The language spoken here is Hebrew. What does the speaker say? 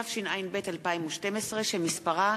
התשע"ב 2012, שמספרה